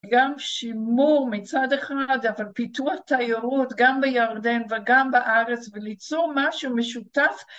גם שימור מצד אחד אבל פיתוח תיירות גם בירדן וגם בארץ וליצור משהו משותף